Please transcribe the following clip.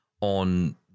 on